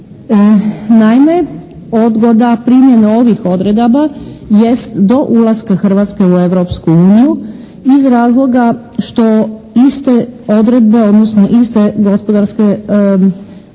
Naime, odgoda primjene ovih odredaba jest do ulaska Hrvatske u Europsku uniju iz razloga što iste odredbe,